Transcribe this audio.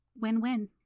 Win-win